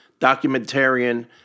documentarian